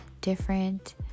different